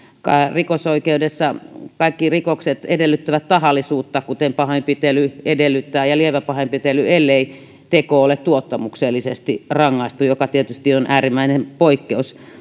rikosoikeudessa kaikki rikokset edellyttävät tahallisuutta kuten pahoinpitely ja lievä pahoinpitely edellyttävät ellei teko ole tuottamuksellisesti rangaistu joka tietysti on äärimmäinen poikkeus